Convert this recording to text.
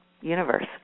universe